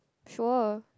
sure